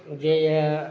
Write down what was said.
जे यऽ